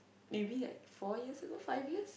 maybe like four years ago five years